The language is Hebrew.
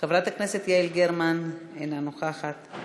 חברת הכנסת יעל גרמן, אינה נוכחת.